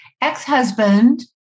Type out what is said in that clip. ex-husband